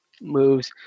moves